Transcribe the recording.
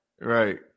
Right